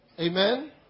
Amen